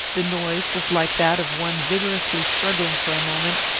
the noise was like that of one vigorously struggling for a moment,